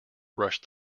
rush